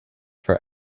for